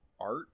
art